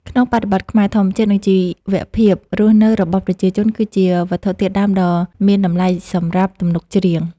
ក្នុងបរិបទខ្មែរ ធម្មជាតិ និងជីវភាពរស់នៅរបស់ប្រជាជន គឺជាវត្ថុធាតុដើមដ៏មានតម្លៃសម្រាប់ទំនុកច្រៀង។